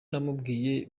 namubwiye